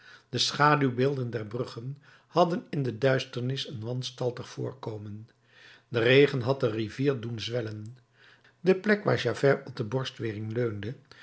de schaduwbeelden der bruggen hadden in de duisternis een wanstaltig voorkomen de regen had de rivier doen zwellen de plek waar javert op de borstwering leunde